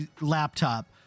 Laptop